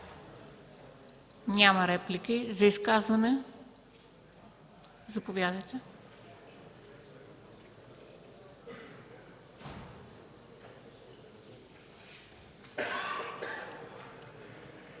Няма реплики. Изказвания? Заповядайте.